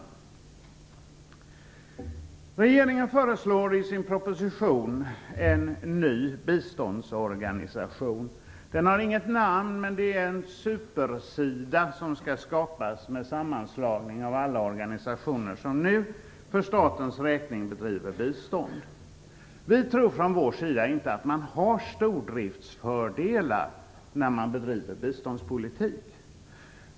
Regeringen föreslår i sin proposition en ny biståndsorganisation. Den har inget namn, men det är ett super-SIDA som skall skapas, med sammanslagning av alla organisationer som nu för statens räkning bedriver bistånd. Vi tror från vår sida inte att man får några stordriftsfördelar när man bedriver biståndspolitik.